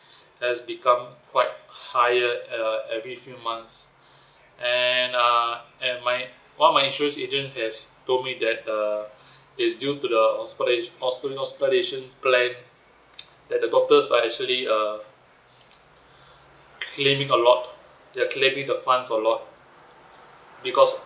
has become quite higher uh every few months and uh and my what my insurance agent has told me that uh it's due to the uh hospital hospital hospitalisation plan that the doctors are actually uh claiming a lot they are claiming the funds a lot because